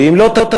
ואם לא תכחיש,